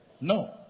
No